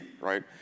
right